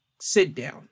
sit-down